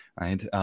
Right